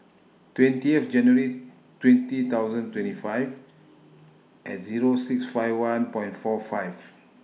twentieth January twenty thousand twenty five At Zero six five one Point For five